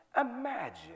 Imagine